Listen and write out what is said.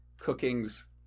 cooking's